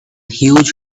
huge